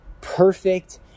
perfect